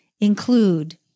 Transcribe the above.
include